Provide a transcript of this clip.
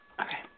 Okay